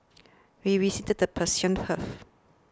we visited the Persian Gulf